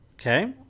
Okay